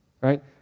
right